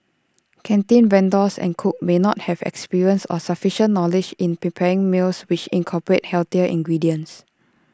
canteen vendors and cooks may not have experience or sufficient knowledge in preparing meals which incorporate healthier ingredients